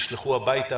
נשלחו הביתה,